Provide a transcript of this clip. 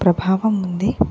ప్రభావం ఉంది